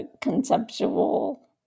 conceptual